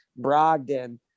Brogdon